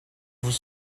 vous